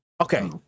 Okay